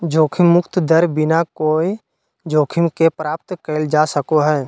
जोखिम मुक्त दर बिना कोय जोखिम के प्राप्त कइल जा सको हइ